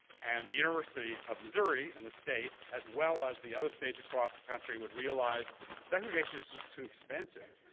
and the university of missouri and the state, as well as the other states across the country, would realize segregation is just too expensive.